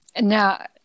now